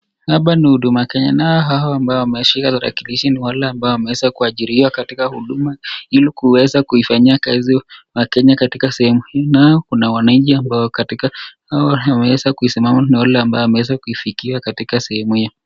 Hapa ni Huduma Kenya, nao hawa ambao wameweza kushika tarakilishi ni wale ambao wameweza kuajiriwa katika huduma, ili kuweze kuifanyia kazi waKenya katika sehemu hii, nao kuna wanainchi ambao wako katika, ambao wameeza kuisimaa na wale ambao wameezakuifikia katika sehemu hio.